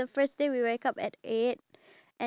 how's your boyfriend zayn